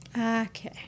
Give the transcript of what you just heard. Okay